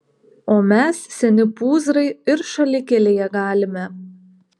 o mes seni pūzrai ir šalikelėje galime